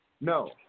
No